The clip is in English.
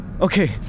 Okay